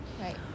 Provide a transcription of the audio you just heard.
Right